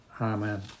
Amen